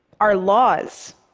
our laws,